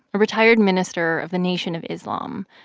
a retired minister of the nation of islam.